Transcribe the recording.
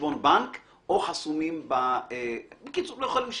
בנק או חסומים בקיצור, לא יכולים לשלם,